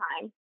time